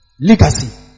legacy